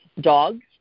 dogs